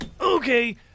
Okay